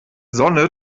sonne